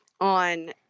on